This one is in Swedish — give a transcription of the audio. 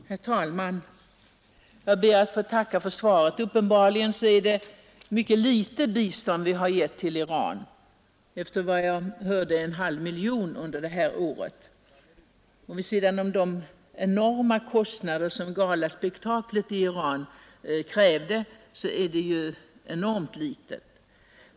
Herr talman! Jag ber att få tacka för svaret. Det är uppenbarligen ett mycket ringa bistånd vi har givit till Iran, bara en halv miljon kronor under detta år. Vid sidan om de enorma kostnader som galaspektaklet i Iran krävde är ju det oerhört litet.